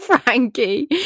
Frankie